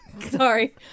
Sorry